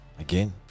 again